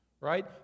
right